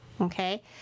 okay